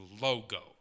logo